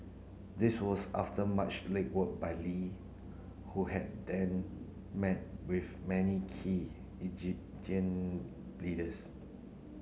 this was after much legwork by Lee who had then met with many key Egyptian leaders